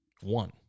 One